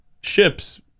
ships